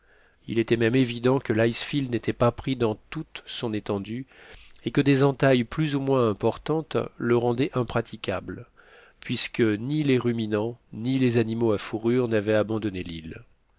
il était même évident que l'icefield n'était pas pris dans toute son étendue et que des entailles plus ou moins importantes le rendaient impraticable puisque ni les ruminants ni les animaux à fourrure n'avaient abandonné l'île